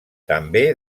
també